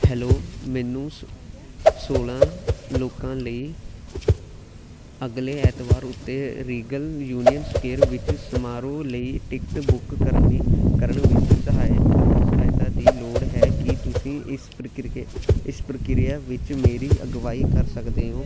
hello ਮੈਨੂੰ ਸ ਸੋਲ੍ਹਾਂ ਲੋਕਾਂ ਲਈ ਅਗਲੇ ਐਤਵਾਰ ਉੱਤੇ ਰੀਗਲ ਯੂਨੀਅਨ ਸਕੁਆਇਰ ਵਿੱਚ ਸਮਾਰੋਹ ਲਈ ਟਿਕਟ ਬੁੱਕ ਕਰਨ ਵਿੱਚ ਸਹਾਇਤਾ ਦੀ ਲੋੜ ਹੈ ਕੀ ਤੁਸੀਂ ਇਸ ਪਕਿਰਿ ਪ੍ਰਕਿਰਿਆ ਵਿੱਚ ਮੇਰੀ ਅਗਵਾਈ ਕਰ ਸਕਦੇ ਹੋ